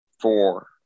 four